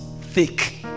thick